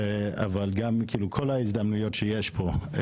אבל גם כל ההזדמנויות שיש פה.